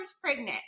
pregnant